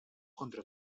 contra